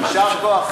יישר כוח.